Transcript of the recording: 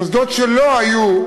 מוסדות שלא היו,